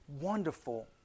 wonderful